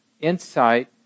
insight